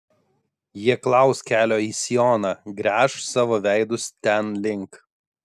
jie klaus kelio į sioną gręš savo veidus ten link